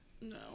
No